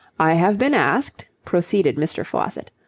i have been asked, proceeded mr. faucitt,